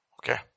Okay